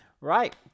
Right